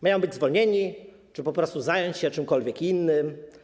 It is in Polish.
Mają być zwolnieni czy po prostu zająć się czymkolwiek innym?